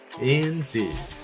Indeed